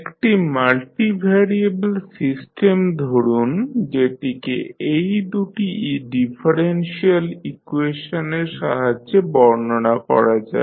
একটি multivariable system ধরুন যেটিকে এই দু'টি ডিফারেনশিয়াল ইকুয়েশনের সাহায্যে বর্ণনা করা যাবে